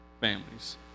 families